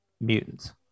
mutants